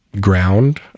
ground